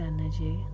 energy